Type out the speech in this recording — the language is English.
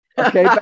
Okay